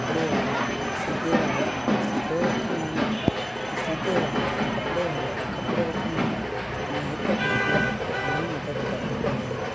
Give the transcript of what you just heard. कपिड़े वारा सीधे वारे खां सीधो वठंदा आहिनि ऐं सीधे वारा कपिड़े वारे खां कपिड़ो वठंदा आहिनि इयं हिकु ॿिएं खे घणेई मदद कंदा आहिनि